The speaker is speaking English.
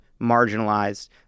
marginalized